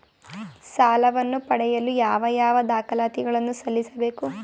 ಸಾಲವನ್ನು ಪಡೆಯಲು ಯಾವ ಯಾವ ದಾಖಲಾತಿ ಗಳನ್ನು ಸಲ್ಲಿಸಬೇಕು?